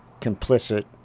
complicit